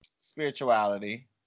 Spirituality